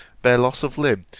bear loss of limb,